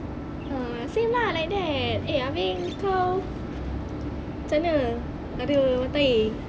ah same lah like that eh abeh kau macam mane ada matair